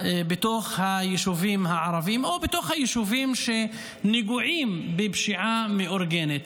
ביישובים הערביים או ביישובים שנגועים בפשיעה מאורגנת.